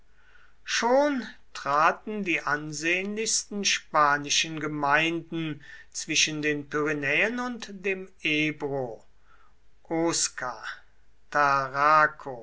schon traten die ansehnlichsten spanischen gemeinden zwischen den pyrenäen und dem ebro osca